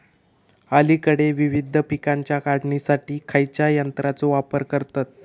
अलीकडे विविध पीकांच्या काढणीसाठी खयाच्या यंत्राचो वापर करतत?